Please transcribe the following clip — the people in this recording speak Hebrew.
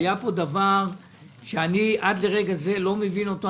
היה פה דבר שאני עד לרגע זה לא מבין אותו,